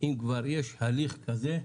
יש הליך כזה,